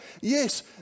Yes